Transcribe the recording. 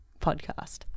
podcast